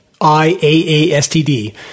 IAASTD